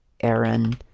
aaron